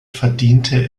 verdiente